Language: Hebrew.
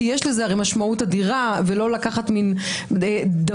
הרי גם אפשר להגיד לי את הדבר